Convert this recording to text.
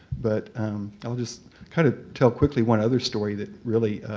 but i'll just kind of tell quickly one other story that really